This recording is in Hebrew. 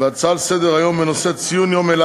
2, אין נמנעים.